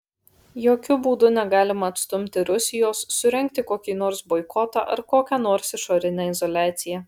jokiu būdu negalima atstumti rusijos surengti kokį nors boikotą ar kokią nors išorinę izoliaciją